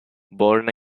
born